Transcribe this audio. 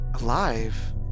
alive